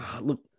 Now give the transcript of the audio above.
look